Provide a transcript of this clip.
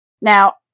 Now